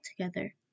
together